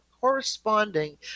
corresponding